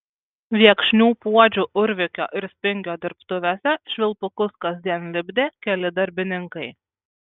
viekšnių puodžių urvikio ir spingio dirbtuvėse švilpukus kasdien lipdė keli darbininkai